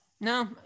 no